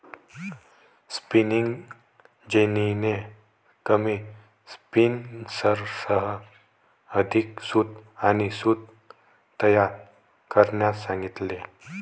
spinning जेनीने कमी स्पिनर्ससह अधिक सूत आणि सूत तयार करण्यास सांगितले